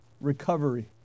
recovery